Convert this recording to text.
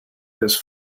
his